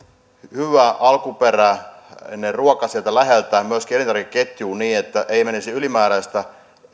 hyvän alkuperäisen ruuan sieltä läheltä elintarvikeketjuun niin että ei menisi ylimääräistä